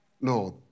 Lord